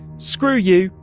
screw you.